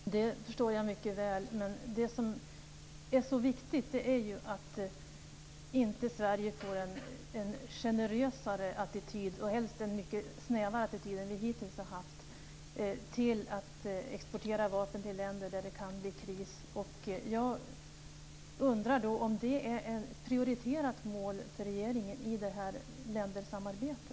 Fru talman! Det förstår jag mycket väl. Men det som är så viktigt är att Sverige inte får en generösare attityd - vi skulle helst ha en mycket snävare attityd än vad vi hittills har haft - till att exportera vapen till länder där det kan bli kris. Jag undrar om det är ett prioriterat mål för regeringen i detta ländersamarbete.